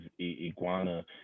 iguana